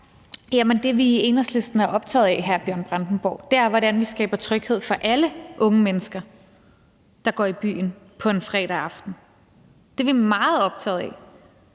Det, vi i Enhedslisten er optaget af, hr. Bjørn Brandenborg, er, hvordan vi skaber tryghed for alle unge mennesker, der går i byen på en fredag aften. Det er vi meget optagede af.